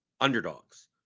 underdogs